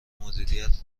مدیریت